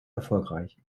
erfolgreich